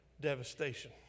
devastation